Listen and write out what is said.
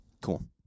Cool